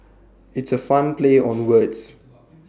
it's A fun play on words